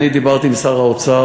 אני דיברתי עם שר האוצר,